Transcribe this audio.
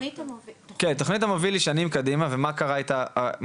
תכנית המוביל היא שנים קדימה ומה קרה באזור